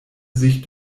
sich